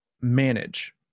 manage